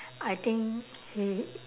I think he